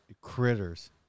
critters